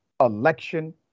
election